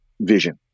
vision